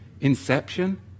Inception